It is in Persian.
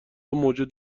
موجود